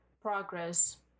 progress